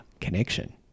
connection